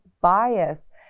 bias